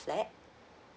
flat